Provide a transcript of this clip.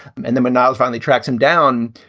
and then when i finally tracked him down,